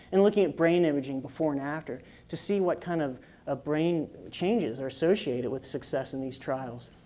and looking at brain imaging before and after to see what kind of ah brain changes are associated with success in these trials.